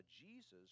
Jesus